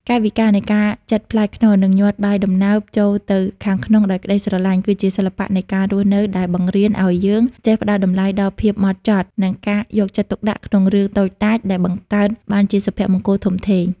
កាយវិការនៃការចិតផ្លែខ្នុរ និងញាត់បាយដំណើបចូលទៅខាងក្នុងដោយក្ដីស្រឡាញ់ គឺជាសិល្បៈនៃការរស់នៅដែលបង្រៀនឱ្យយើងចេះផ្ដល់តម្លៃដល់ភាពហ្មត់ចត់ និងការយកចិត្តទុកដាក់ក្នុងរឿងតូចតាចដែលបង្កើតបានជាសុភមង្គលធំធេង។